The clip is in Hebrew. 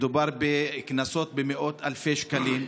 מדובר בקנסות במאות אלפי שקלים,